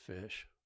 fish